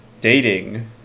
dating